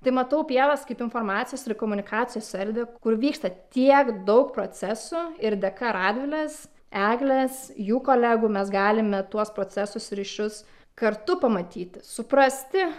tai matau pievas kaip informacijos ir komunikacijos erdvę kur vyksta tiek daug procesų ir dėka radvilės eglės jų kolegų mes galime tuos procesus ryšius kartu pamatyti suprasti